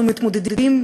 אנחנו מתמודדים,